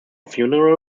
funeral